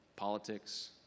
politics